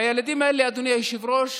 הילדים האלה, אדוני היושב-ראש,